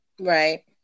Right